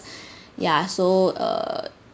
yah so err